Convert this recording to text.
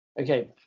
okay